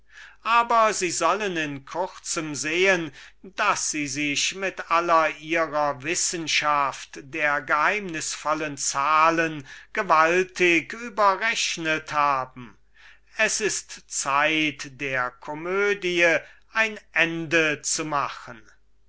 aber sie sollen in kurzem sehen daß sie sich mit aller ihrer wissenschaft der geheimnisvollen zahlen gewaltig überrechnet haben es ist zeit der komödie ein ende zu machen